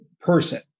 person